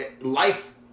life